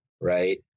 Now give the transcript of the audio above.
right